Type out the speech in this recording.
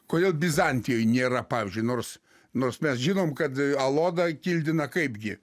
kodėl bizantijoj nėra pavyzdžiui nors nors mes žinom kad alodą kildina kaip gi